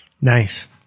Nice